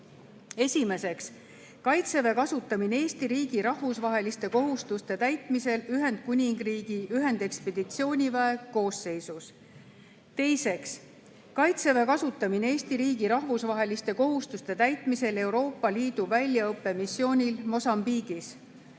Esimeseks, "Kaitseväe kasutamine Eesti riigi rahvusvaheliste kohustuste täitmisel Ühendkuningriigi ühendekspeditsiooniväe koosseisus". Teiseks, "Kaitseväe kasutamine Eesti riigi rahvusvaheliste kohustuste täitmisel Euroopa Liidu väljaõppemissioonil Mosambiigis".